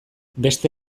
beste